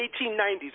1890s